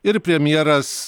ir premjeras